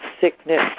sickness